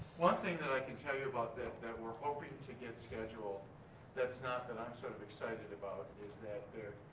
one thing that i can tell you about that, that we're hoping to get scheduled that's not, that's i'm sort of excited about is that